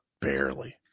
barely